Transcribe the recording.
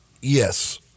Yes